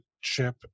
Chip